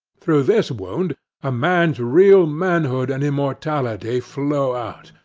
through this wound a man's real manhood and immortality flow out,